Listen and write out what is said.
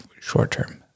short-term